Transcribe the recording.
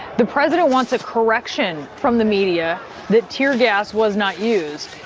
the president wants a correction from the media that tear gas was not used,